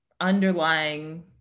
underlying